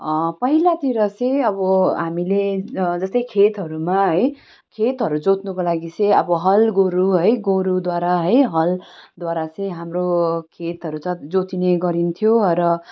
पहिलातिर चाहिँ अब हामीले जस्तै खेतहरूमा है खेतहरू जोत्नुको लागि चाहिँ अब हलगोरु है गोरुद्वारा है हलद्वारा चाहिँ हाम्रो खेतहरू जत जोतिने गरिन्थ्यो है र